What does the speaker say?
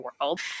world